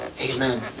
Amen